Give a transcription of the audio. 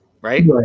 right